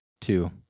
two